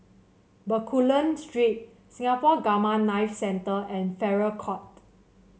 Bencoolen Street Singapore Gamma Knife Centre and Farrer Court